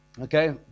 okay